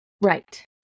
Right